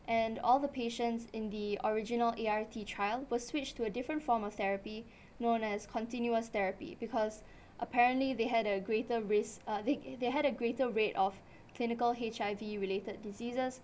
and all the patients in the original A_R_T trial were switched to a different form of therapy known as continuous therapy because apparently they had a greater risk uh they they had a greater rate of clinical H_I_V related diseases